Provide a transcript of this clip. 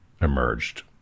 emerged